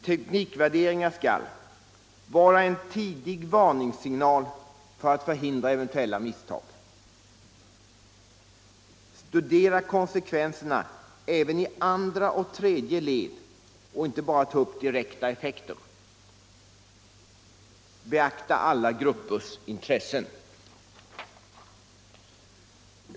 Teknikvärderingen skall 1. vara en tidig varningssignal för att förhindra eventuella misstag, 2. studera konsekvenserna även i andra och tredje led och inte bara ta upp direkta effekter, 3. beakta alla gruppers intressen.